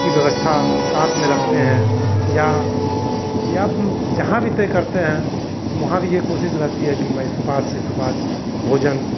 की व्यवस्था साथ में रखते हैं या या जहाँ भी तय करते हैं वहाँ भी यह कोशिश रहती है कि मैं सुपाच्य से सुपाच्य भोजन